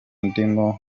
ndimo